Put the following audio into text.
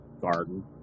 garden